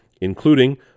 including